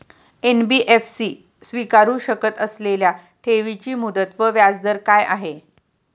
NBFC स्वीकारु शकत असलेल्या ठेवीची मुदत व व्याजदर काय आहे?